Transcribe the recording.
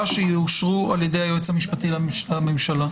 שיאושרו על ידי היועץ המשפטי לממשלה.